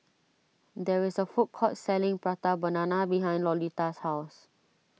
there is a food court selling Prata Banana behind Lolita's house